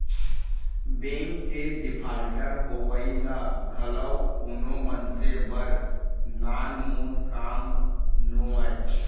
bank के defaulter होवई ह घलोक कोनो मनसे बर नानमुन काम नोहय